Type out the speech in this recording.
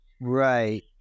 Right